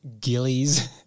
Gillies